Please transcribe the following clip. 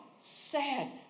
sad